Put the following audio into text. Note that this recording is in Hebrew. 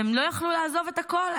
והם לא יכלו לעזוב את הכול,